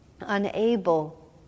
unable